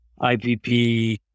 IPP